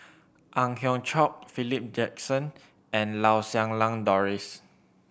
Ang Hiong Chiok Philip Jackson and Lau Siew Lang Doris